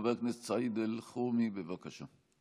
חבר הכנסת סעיד אלחרומי, בבקשה.